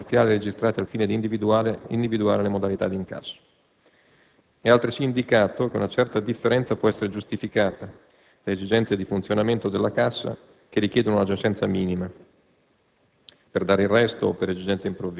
trovano riscontro con gli incassi complessivi e parziali registrati al fine di individuare le modalità d'incasso. È altresì indicato che una certa differenza può essere giustificata da esigenze di funzionamento della cassa che richiedono una giacenza minima